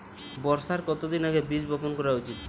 বর্ষার কতদিন আগে বীজ বপন করা উচিৎ?